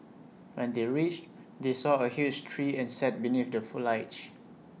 when they reached they saw A huge tree and sat beneath the foliage